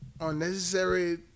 unnecessary